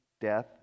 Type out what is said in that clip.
death